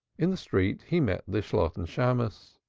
in the street he met the shalotten shammos.